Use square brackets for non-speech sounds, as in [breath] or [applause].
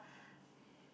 [breath]